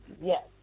Yes